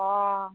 অ